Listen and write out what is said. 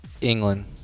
England